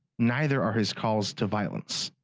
neither are his calls to violence.